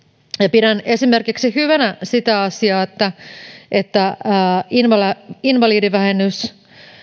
pidän hyvänä esimerkiksi sitä asiaa että että invalidivähennys